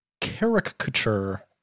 Caricature